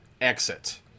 exit